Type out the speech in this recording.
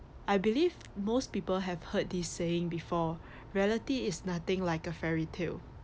I believe most people have heard this saying before reality is nothing like a fairy tale